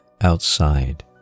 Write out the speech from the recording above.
outside